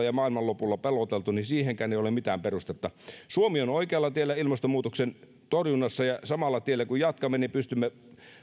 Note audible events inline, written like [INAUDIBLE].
[UNINTELLIGIBLE] ja maailmanlopulla peloteltu niin siihenkään ei ole mitään perustetta suomi on oikealla tiellä ilmastonmuutoksen torjunnassa ja samalla tiellä kun jatkamme niin pystymme